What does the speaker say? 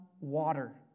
water